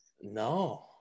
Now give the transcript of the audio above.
No